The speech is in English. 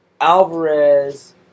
Alvarez